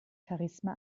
charisma